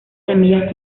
semillas